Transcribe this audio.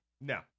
no